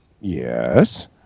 yes